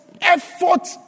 effort